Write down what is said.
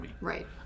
Right